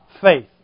faith